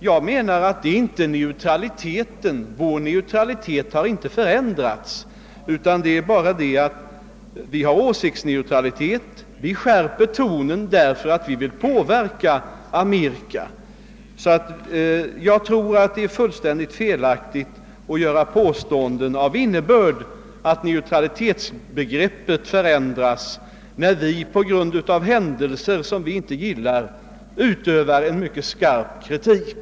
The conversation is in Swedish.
Jag menar att vår neutralitet har inte förändrats — vi skärper tonen därför att vi vill påverka Amerika. Jag menar alltså att det är fullständigt felaktigt att påstå att neutralitetsbegreppet förändras när vi på grund av händelser som vi inte gillar utövar en mycket stark kritik.